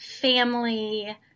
family